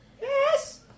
Yes